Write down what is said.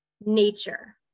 nature